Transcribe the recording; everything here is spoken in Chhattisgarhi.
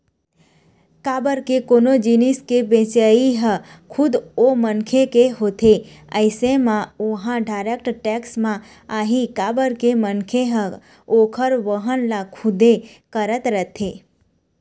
काबर के कोनो जिनिस के भेजई ह खुद ओ मनखे के होथे अइसन म ओहा डायरेक्ट टेक्स म आही काबर के मनखे ह ओखर वहन ल खुदे करत रहिथे